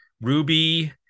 Ruby